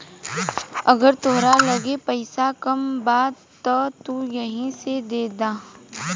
अगर तहरा लगे पईसा कम बा त तू एही से देद